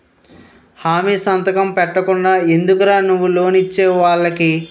హామీ సంతకం పెట్టకుండా ఎందుకురా నువ్వు లోన్ ఇచ్చేవు వాళ్ళకి